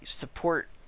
support